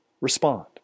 respond